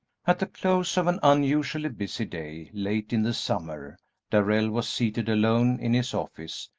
at the close of an unusually busy day late in the summer darrell was seated alone in his office,